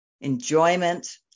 enjoyment